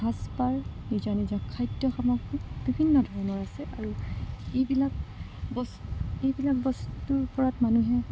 সাজপাৰ নিজা নিজা খাদ্য সামগ্ৰী বিভিন্ন ধৰণৰ আছে আৰু এইবিলাক বস্তু এইবিলাক বস্তুৰ ওপৰত মানুহে